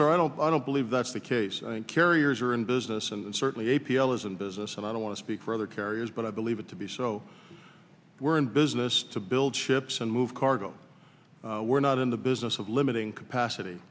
sir i don't believe that's the case carriers are in business and certainly a p l is in business and i don't want to speak for other carriers but i believe it to be so we're in business to build ships and move cargo we're not in the business of limiting capacity